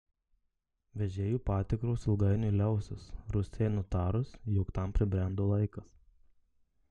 vežėjų patikros ilgainiui liausis rusijai nutarus jog tam pribrendo laikas